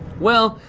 well,